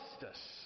justice